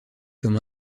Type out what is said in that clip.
comme